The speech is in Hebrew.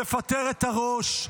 לפטר את הראש,